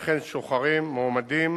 וכן שוחרים, מועמדים